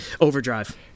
Overdrive